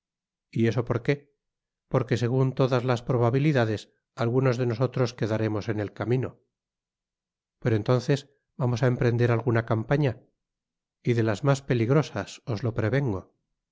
y eso por qué porque segun todas las probabilidades algunos de nosotros quedaremos en el camino i pero entonces vamos á emprender alguna campana y de las mas peligrosas os lo prevengo